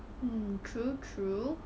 mm true true